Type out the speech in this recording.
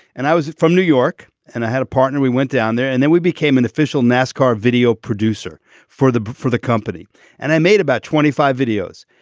and i was from new york and i had a partner we went down there and then we became an official nascar video producer for the for the company and i made about twenty five videos.